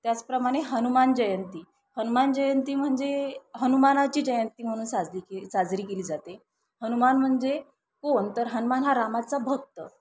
त्याचप्रमाणे हनुमान जयंती हनुमान जयंती म्हणजे हनुमानाची जयंती म्हणून साजली के साजरी केली जाते हनुमान म्हणजे कोण तर हनुमान हा रामाचा भक्त